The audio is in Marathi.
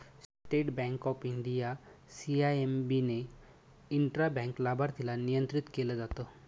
state Bank of India, CIMB ने इंट्रा बँक लाभार्थीला नियंत्रित केलं जात